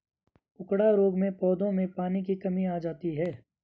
उकडा रोग में पौधों में पानी की कमी आ जाती है